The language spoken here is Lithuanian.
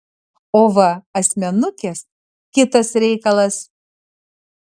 o va asmenukės kitas reikalas